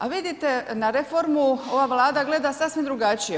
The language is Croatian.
A vidite, na reformu ova Vlada gleda sasvim drugačije.